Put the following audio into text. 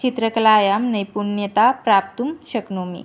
चित्रकलायां नैपुण्यतां प्राप्तुं शक्नोमि